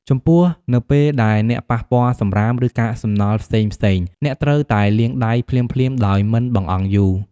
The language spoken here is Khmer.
ចំពោះ នៅពេលដែលអ្នកប៉ះពាល់សំរាម ឬកាកសំណល់ផ្សេងៗ អ្នកត្រូវតែលាងដៃភ្លាមៗដោយមិនបង្អង់យូរ។